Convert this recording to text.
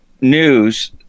news